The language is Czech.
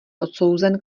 odsouzen